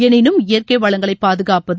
எனினும் இயற்கை வளங்களை பாதுகாப்பது